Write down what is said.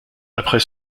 après